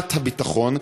תחושת הביטחון?